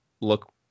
look